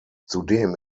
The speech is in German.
zudem